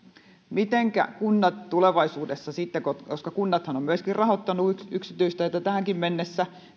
mitenkä tulevaisuudessa kuntien yhteistyö toimii koska kunnathan ovat myöskin rahoittaneet yksityisteitä jo tähänkin mennessä